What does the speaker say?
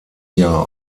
jahr